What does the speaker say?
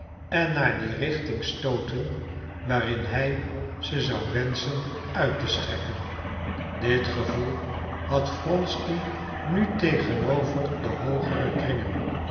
en naar die richting stooten waarin hij ze zou wenschen uit te strekken dit gevoel had wronsky nu tegenover de hoogere kringen